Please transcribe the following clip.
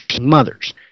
mothers